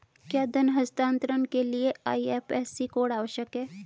क्या धन हस्तांतरण के लिए आई.एफ.एस.सी कोड आवश्यक है?